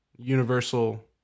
Universal